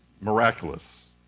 miraculous